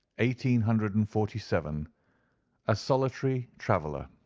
eighteen hundred and forty-seven, a solitary traveller.